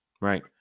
right